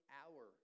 hour